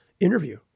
interview